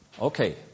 Okay